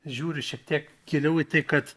žiūriu šiek tiek giliau į tai kad